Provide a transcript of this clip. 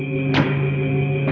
the